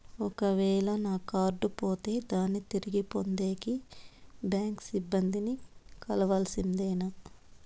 ఒక వేల నా కార్డు పోతే దాన్ని తిరిగి పొందేకి, బ్యాంకు సిబ్బంది ని కలవాల్సిందేనా?